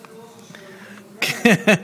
כן.